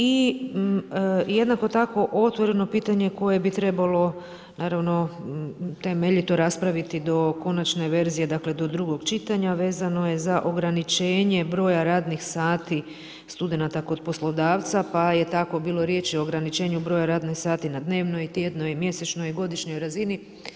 I jednako tako otvoreno pitanje koje bi trebalo naravno temeljito raspraviti do konačne verzije, dakle do drugog čitanja, vezano je za ograničenje broja radnih sati studenata kod poslodavca pa je tako bilo riječi o ograničenju broja radnih sati na dnevnoj, tjednoj, mjesečnoj i godišnjoj razini.